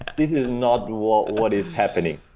this is not what what is happening.